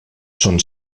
són